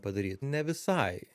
padaryt ne visai